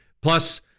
Plus